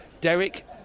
Derek